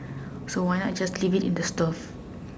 so why not just leave it in the stove